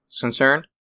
concerned